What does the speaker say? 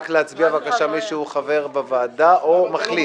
רק להצביע בבקשה מי שהוא חבר בוועדה או מחליף.